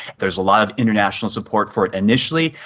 there is a lot of international support for it initially,